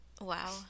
wow